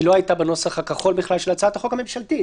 היא לא הייתה בנוסח הכחול של הצעת החוק הממשלתית.